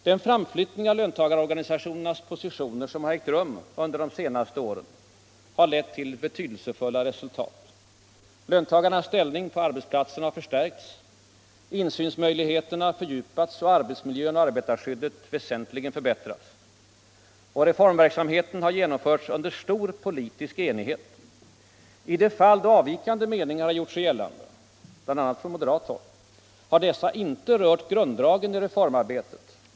Den framflyttning av löntagarnas positioner som har ägt rum under de senaste åren har lett till betydelsefulla resultat. Löntagarnas ställning på arbetsplatserna har förstärkts, insynsmöjligheterna fördjupats och arbetsmiljön och arbetarskyddet väsentligen förbättrats. Reformverksamheten har genomförts under stor politisk enighet. I de fall då avvikande meningar har gjort sig gällande — bl.a. från moderat håll — har dessa inte rört grunddragen i reformarbetet.